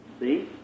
see